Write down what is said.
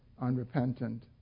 unrepentant